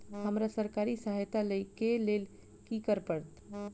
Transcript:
हमरा सरकारी सहायता लई केँ लेल की करऽ पड़त?